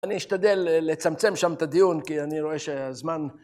‫אני אשתדל לצמצם שם את הדיון, ‫כי אני רואה שהזמן...